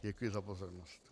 Děkuji za pozornost.